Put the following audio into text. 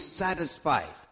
satisfied